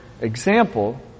example